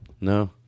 No